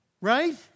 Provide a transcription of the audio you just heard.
right